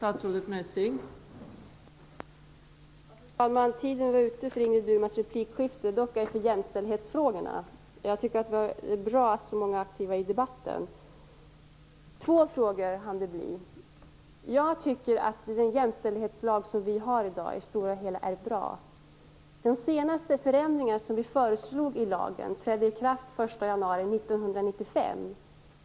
Fru talman! Tiden var ute för Ingrid Burmans replik; dock ej för jämställdhetsfrågorna. Jag tycker att det är bra att vi har så många aktiva i debatten. Två frågor hann det bli. Jag tycker att den jämställdhetslag som vi har i dag i det stora hela är bra. Den senaste förändringen som vi föreslog i lagen trädde i kraft den 1 januari 1995.